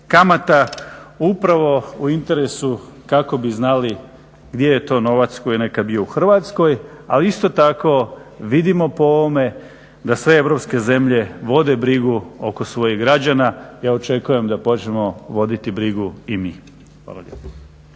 kamata upravo u interesu kako bi znali gdje je to novac koji je nekad bio u Hrvatskoj ali isto tako vidimo po ovome da sve europske zemlje vode brigu oko svojih građana, ja očekujem da počnemo voditi brigu i mi.